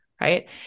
Right